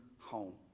home